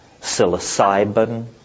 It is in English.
psilocybin